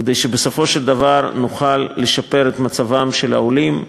כדי שבסופו של דבר נוכל לשפר את מצבם של העולים,